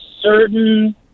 certain